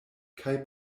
kaj